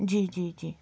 जी जी जी